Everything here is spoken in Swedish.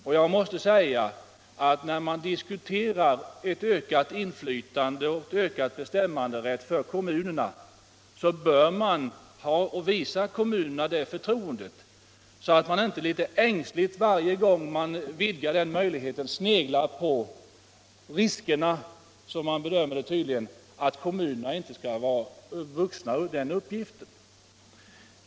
Jag måste i sammanhanget säga, att när man diskuterar att öka inflytandet och bestämmanderätten för kommunerna, så bör man visa kommunerna det förtroendet att man inte litet ängsligt varje gång sneglar på riskerna för att kommunerna inte skall vara vuxna den uppgiften.